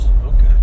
okay